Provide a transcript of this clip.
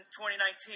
2019